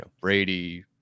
Brady